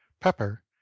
pepper